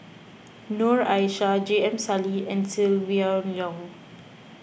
Noor Aishah J M Sali and Silvia Yong